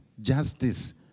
justice